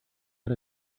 out